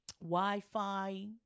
wi-fi